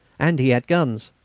and he had guns.